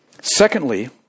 Secondly